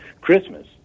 Christmas